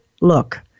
look